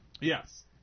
Yes